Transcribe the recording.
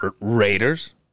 Raiders